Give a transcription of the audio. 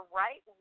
right